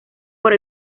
por